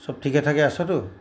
চব ঠিকে ঠাকে আছতো